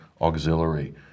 auxiliary